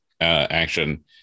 action